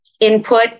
input